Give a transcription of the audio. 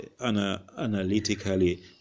analytically